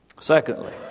Secondly